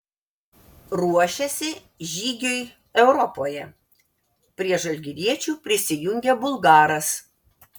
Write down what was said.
ruošiasi žygiui europoje prie žalgiriečių prisijungė bulgaras